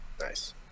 nice